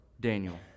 Daniel